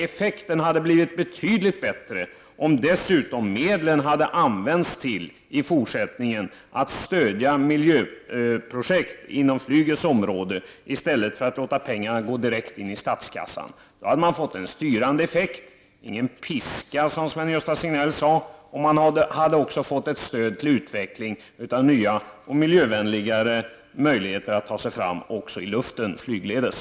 Effekten hade blivit betydligt bättre om medlen dessutom hade använts till att fortsättningsvis stödja miljöprojekt inom flygets område i stället för att pengarna skulle gå direkt in i statskassan. Då hade man fått en styrande effekt — ingen piska som Sven-Gösta Signell sade. Man hade också fått ett stöd till utveckling av nya och miljövänligare möjligheter att ta sig fram också i luften, alltså flygledes.